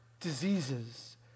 diseases